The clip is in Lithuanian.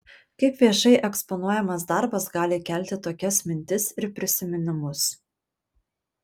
kaip viešai eksponuojamas darbas gali kelti tokias mintis ir prisiminimus